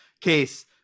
case